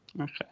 okay